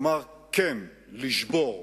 כלומר, "כן, לשבור!"